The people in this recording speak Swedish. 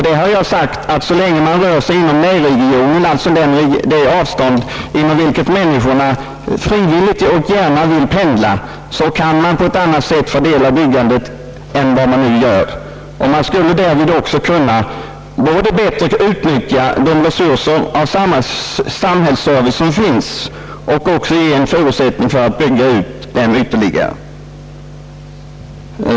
Jag har sagt, att så länge man rör sig inom närregionen d. v. s. inom det avstånd inom vilket människorna frivilligt och gärna vill pendla, kan man på ett annat sätt fördela byggandet än vad man nu gör, och man skulle därvid också kunna både bättre utnyttja de resurser av samhällsservice som finns och även ge en förutsättning för att bygga ut den ytterligare.